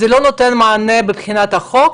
זה לא נותן מענה מבחינת החוק,